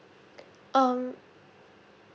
um